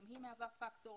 גם היא מהווה פקטור.